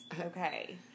Okay